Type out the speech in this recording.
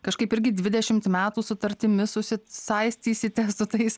kažkaip irgi dvidešimt metų sutartimi susisaistysite su tais